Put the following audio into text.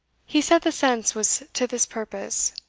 he said the sense was to this purpose